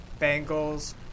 Bengals